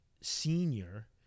senior